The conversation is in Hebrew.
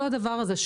כל הדבר הזה,